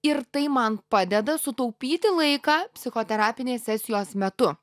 ir tai man padeda sutaupyti laiką psichoterapinės sesijos metu